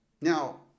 Now